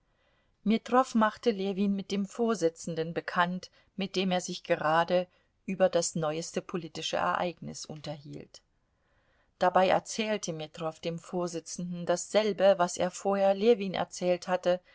metrow machte ljewin mit dem vorsitzenden bekannt mit dem er sich gerade über das neueste politische ereignis unterhielt dabei erzählte metrow dem vorsitzenden dasselbe was er vorher ljewin erzählt hatte